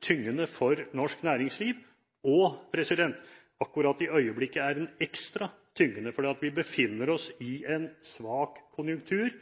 tyngende for norsk næringsliv. Akkurat i øyeblikket er den ekstra tyngende, fordi vi befinner oss i en svak konjunktur –